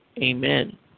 Amen